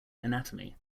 anatomy